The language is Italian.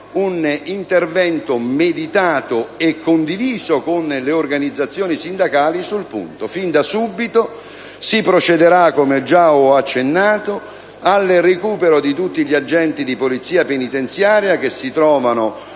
un intervento meditato e condiviso con le organizzazioni sindacali sul punto. Fin da subito si procederà, come già ho accennato, al recupero di tutti gli agenti di Polizia penitenziaria che si trovano